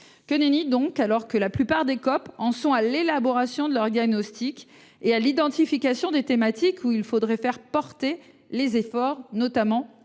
Que nenni donc, alors que la plupart des COP en sont à l’élaboration de leur diagnostic et à l’identification des thématiques sur lesquelles faire porter les efforts, notamment